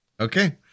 Okay